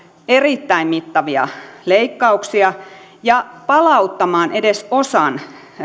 erittäin mittavia leikkauksia ja palauttaa edes osan